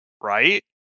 right